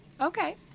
Okay